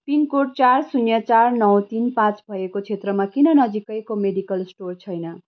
pin code चार शून्य चार नौ तिन पाँच भएको क्षेत्रमा किन नजिकैको मेडिकल स्टोर छैन